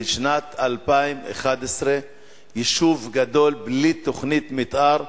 בשנת 2011 יישוב גדול בלי תוכנית מיתאר?